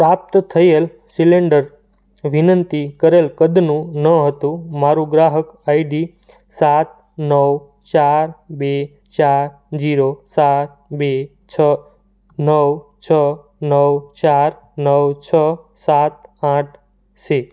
પ્રાપ્ત થયેલ સિલિન્ડર વિનંતી કરેલ કદનું ન હતું મારું ગ્રાહક આઈડી સાત નવ ચાર બે ચાર ઝીરો સાત બે નવ છ નવ ચાર નવ છ સાત આઠ છે